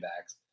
backs